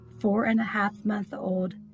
four-and-a-half-month-old